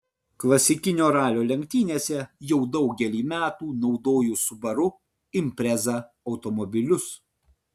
klasikinio ralio lenktynėse jau daugelį metų naudoju subaru impreza automobilius